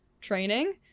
training